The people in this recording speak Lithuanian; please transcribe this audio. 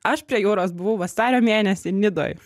aš prie jūros buvau vasario mėnesį nidoj